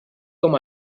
com